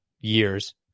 years